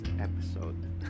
episode